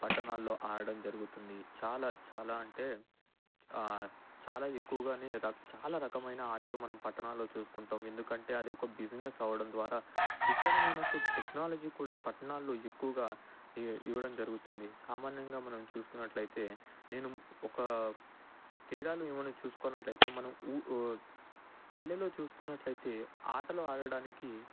పట్టణాల్లో ఆడడం జరుగుతుంది చాలా చాలా అంటే చాలా ఎక్కువగానే చాలా రకమైన ఆటలు మనం పట్టణాల్లో చూసుకుంటాం ఎందుకంటే అది ఒక బిజినెస్ అవడం ద్వారా ఇక్కడ మనకు టెక్నాలజీ కూడా పట్టణాలు ఎక్కువగా ఈ ఇవ్వడం జరుగుతుంది సామాన్యంగా మనం చూసుకున్నట్లయితే నేను ఒక తేడాలు ఏమైనా చూసుకున్నట్లయితే మనం పల్లెల్లో చూసుకున్నట్లయితే ఆటలు ఆడడానికి